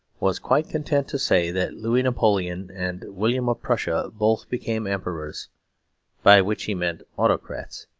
was quite content to say that louis napoleon and william of prussia both became emperors by which he meant autocrats.